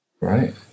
right